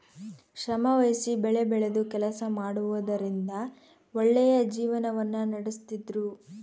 ಶ್ರಮವಹಿಸಿ ಬೆಳೆಬೆಳೆದು ಕೆಲಸ ಮಾಡುವುದರಿಂದ ಒಳ್ಳೆಯ ಜೀವನವನ್ನ ನಡಿಸ್ತಿದ್ರು